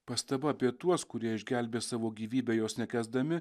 pastaba apie tuos kurie išgelbės savo gyvybę jos nekęsdami